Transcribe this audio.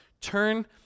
turn